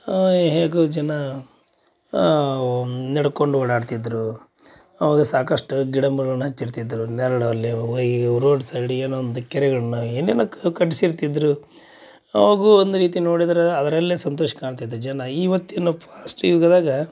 ಆ ಹೇಗೋ ಜನ ನಡ್ಕೊಂಡು ಓಡಾಡ್ತಿದ್ದರೂ ಅವಾಗ ಸಾಕಷ್ಟು ಗಿಡ ಮರಗಳನ್ನ ಹಚ್ಚಿರ್ತಿದ್ದರು ನೆರಳಲ್ಲಿ ಒಯ್ ರೋಡ್ ಸೈಡ್ ಏನೊ ಒಂದು ಕೆರೆಗಳನ್ನ ಏನೇನೋ ಕಟ್ಟಿಸಿರ್ತಿದ್ದರು ಆವಾಗೂ ಒಂದು ರೀತಿ ನೋಡಿದರೆ ಅದರಲ್ಲೆ ಸಂತೋಷ ಕಾಣ್ತಿದ್ದ ಜನ ಇವತ್ತಿನ ಫಾಸ್ಟ್ ಯುಗದಾಗ